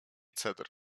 cedr